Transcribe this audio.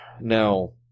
Now